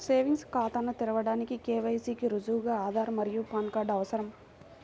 savings ఖాతాను తెరవడానికి KYC కి రుజువుగా ఆధార్ మరియు పాన్ కార్డ్ అవసరం